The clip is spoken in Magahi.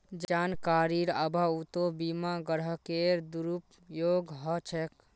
जानकारीर अभाउतो बीमा ग्राहकेर दुरुपयोग ह छेक